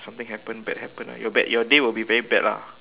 something happen bad happen your bad your day will be very bad lah